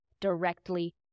directly